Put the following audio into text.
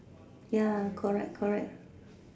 ya correct correct